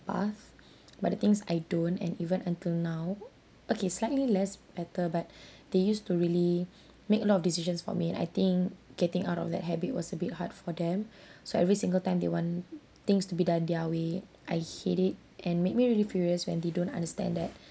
path but the thing is I don't and even until now okay slightly less better but they use to really make a lot of decisions for me and I think getting out of that habit was a bit hard for them so every single time they want things to be done their way I hate it and made me really furious when they don't understand that